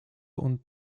und